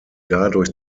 dadurch